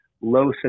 low